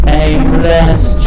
aimless